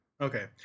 Okay